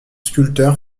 sculpteurs